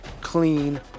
clean